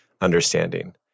understanding